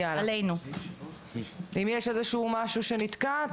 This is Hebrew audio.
אם יש איזשהו משהו שנתקע,